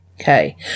Okay